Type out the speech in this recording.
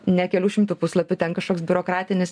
ne kelių šimtų puslapių ten kažkoks biurokratinis